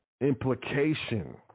implication